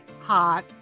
hot